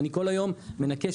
אני כל היום מנקה,